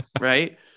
Right